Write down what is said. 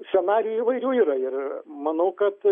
scenarijų įvairių yra ir manau kad